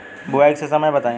बुआई के सही समय बताई?